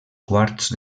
quarts